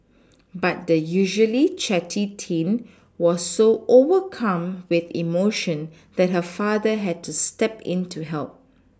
but the usually chatty teen was so overcome with emotion that her father had to step in to help